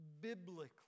biblically